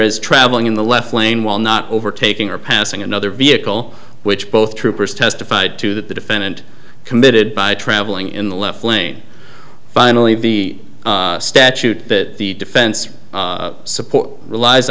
is traveling in the left lane while not overtaking or passing another vehicle which both troopers testified to that the defendant committed by traveling in the left lane finally the statute that the defense support relies